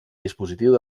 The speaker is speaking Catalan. dispositiu